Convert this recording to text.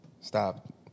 stop